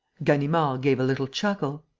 ganimard gave a little chuckle.